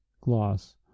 gloss